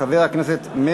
עברה ותידון בוועדת החוקה,